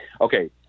Okay